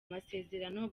amasezerano